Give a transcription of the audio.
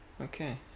Okay